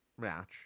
match